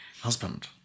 Husband